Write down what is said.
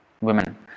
women